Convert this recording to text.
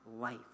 life